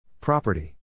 Property